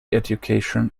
education